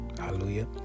Hallelujah